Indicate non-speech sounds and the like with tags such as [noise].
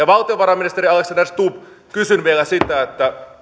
[unintelligible] valtiovarainministeri alexander stubb kysyn vielä sitä